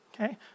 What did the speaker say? Okay